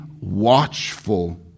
watchful